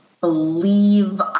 believe